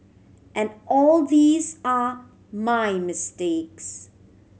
and all these are my mistakes